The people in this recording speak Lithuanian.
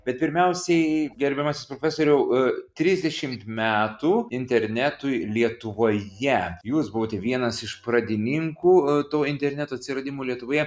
bet pirmiausiai gerbiamas profesoriau e trisdešimt metų internetui lietuvoje jūs buvote vienas iš pradininkų to interneto atsiradimo lietuvoje